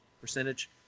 percentage